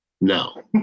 no